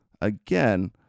again